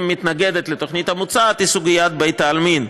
מתנגדת לתוכנית המוצעת היא בית העלמין,